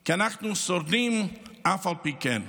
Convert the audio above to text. כי אנחנו שורדים אף על פי כן.